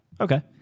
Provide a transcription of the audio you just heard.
Okay